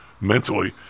mentally